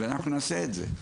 ואנחנו נעשה את זה.